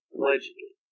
Allegedly